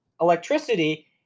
electricity